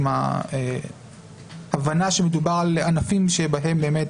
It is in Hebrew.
עם ההבנה שמדובר על ענפים שבהם באמת